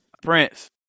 Prince